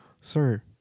sir